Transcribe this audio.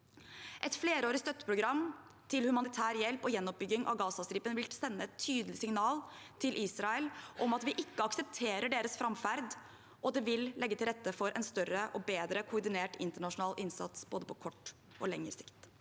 Et flerårig støtteprogram til humanitær hjelp og gjenoppbygging av Gazastripen vil sende et tydelig signal til Israel om at vi ikke aksepterer deres framferd, og det vil legge til rette for en større og bedre koordinert internasjonal innsats på både kort og lengre sikt.